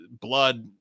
blood